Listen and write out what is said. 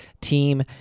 team